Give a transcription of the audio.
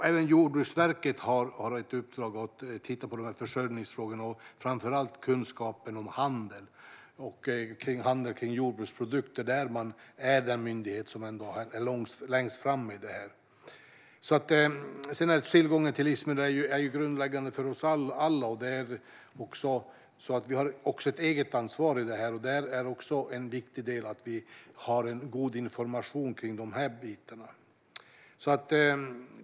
Även Jordbruksverket har ett uppdrag att titta på försörjningsfrågorna, framför allt när det gäller kunskapen om handeln med jordbruksprodukter, där man är den myndighet som är längst fram med detta. Tillgången till livsmedel är grundläggande för oss alla, och vi har alla ett eget ansvar. Därför är det viktigt att vi har en god information om dessa delar.